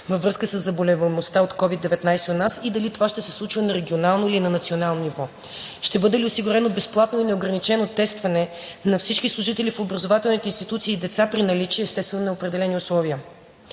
във връзка със заболеваемостта от COVID-19 у нас, и дали това ще се случва на регионално или на национално ниво? Ще бъде ли осигурено безплатно и неограничено тестване на всички служители в образователните институции и деца при наличие, естествено, на определени условия?